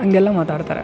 ಹಂಗೆಲ್ಲ ಮಾತಾಡ್ತಾರೆ